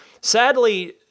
Sadly